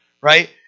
right